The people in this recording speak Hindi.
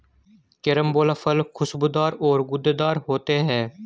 कैरम्बोला फल खुशबूदार और गूदेदार होते है